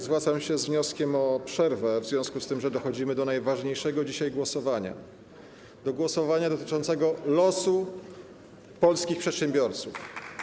Zwracam się z wnioskiem o przerwę w związku z tym, że dochodzimy do najważniejszego dzisiaj głosowania, do głosowania dotyczącego losu polskich przedsiębiorców.